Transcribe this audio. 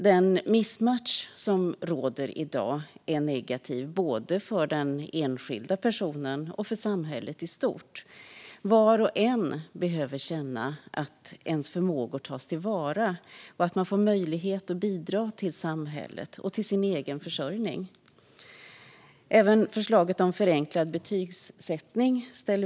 Den missmatchning som råder i dag är negativ både för den enskilda personen och för samhället i stort. Var och en behöver känna att ens förmågor tas till vara och att man får möjlighet att bidra till samhället och till sin egen försörjning. Vi ställer oss även bakom förslaget om förenklad betygsättning.